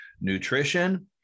nutrition